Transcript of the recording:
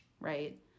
right